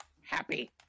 happy